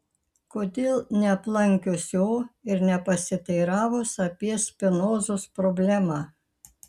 kodėl neaplankius jo ir nepasiteiravus apie spinozos problemą